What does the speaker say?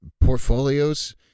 portfolios